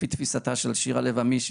לפי תפיסתה של שירה לב-עמי,